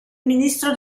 ministro